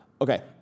Okay